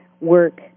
work